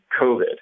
COVID